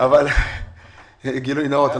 גילוי נאות.